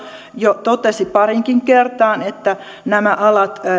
jo totesi pariinkin kertaan että nämä alat